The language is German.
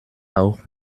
auch